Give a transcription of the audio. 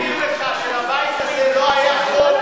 אני רוצה להזכיר לך שבבית הזה לא היה חוק,